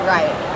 Right